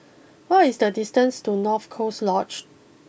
what is the distances to North Coast Lodge